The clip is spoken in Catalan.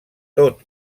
tot